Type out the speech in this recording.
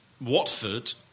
Watford